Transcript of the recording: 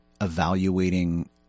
evaluating